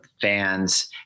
fans